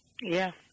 Yes